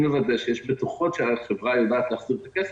לוודא שיש בטוחות שהחברה יודעת להחזיר את הכסף.